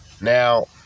Now